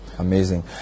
Amazing